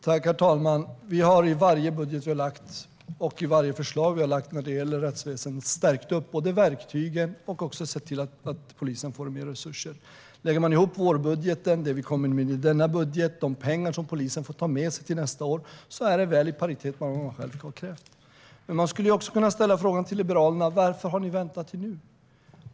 Herr talman! Vi har i varje budget vi har lagt fram och i varje förslag vi lagt fram när det gäller rättsväsendet både stärkt verktygen och sett till att polisen får mer resurser. Lägger man ihop satsningarna i vårbudgeten, de vi kommer med i denna budget och de pengar som polisen får ta med sig till nästa år är det väl i paritet med vad de själva har krävt. Man skulle kunna ställa frågan till Liberalerna: Varför har ni väntat till nu?